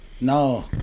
No